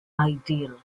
ideal